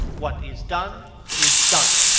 what is done is done.